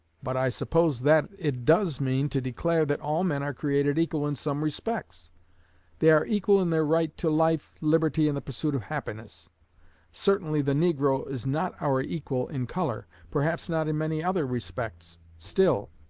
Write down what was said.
but i suppose that it does mean to declare that all men are created equal in some respects they are equal in their right to life, liberty, and the pursuit of happiness certainly the negro is not our equal in color, perhaps not in many other respects still,